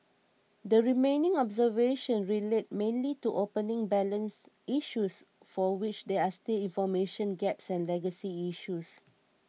the remaining observations relate mainly to opening balance issues for which there are still information gaps and legacy issues